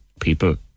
People